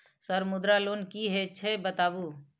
Sir Mudra loan की हे छे बताबू?